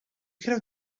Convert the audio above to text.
could